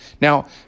Now